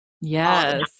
Yes